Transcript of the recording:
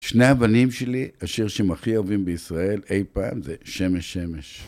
שני הבנים שלי, השיר שהם הכי אוהבים בישראל אי פעם, זה שמש שמש.